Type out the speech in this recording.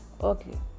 Okay